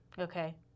Okay